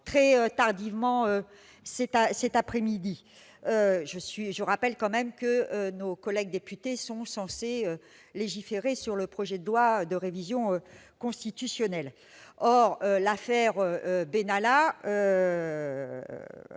très tardivement cet après-midi. Je rappelle que nos collègues députés sont censés légiférer sur le projet de loi de révision constitutionnelle. L'affaire Benalla